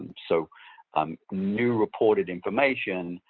so um new, reported information,